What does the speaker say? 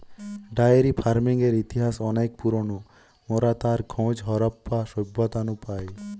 diary ফার্মিংয়ের ইতিহাস অনেক পুরোনো, মোরা তার খোঁজ হারাপ্পা সভ্যতা নু পাই